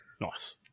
nice